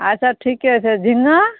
अच्छा ठिके छै झिङ्गा